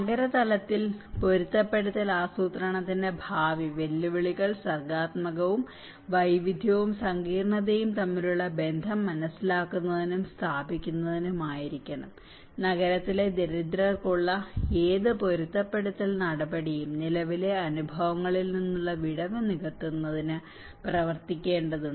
നഗരതലത്തിൽ പൊരുത്തപ്പെടുത്തൽ ആസൂത്രണത്തിന്റെ ഭാവി വെല്ലുവിളികൾ സർഗ്ഗാത്മകവും വൈവിധ്യവും സങ്കീർണ്ണതയും തമ്മിലുള്ള ബന്ധം മനസ്സിലാക്കുന്നതും സ്ഥാപിക്കുന്നതും ആയിരിക്കണം നഗരത്തിലെ ദരിദ്രർക്കുള്ള ഏത് പൊരുത്തപ്പെടുത്തൽ നടപടിയും നിലവിലെ അനുഭവങ്ങളിൽ നിന്നുള്ള വിടവ് നികത്തുന്നതിന് പ്രവർത്തിക്കേണ്ടതുണ്ട്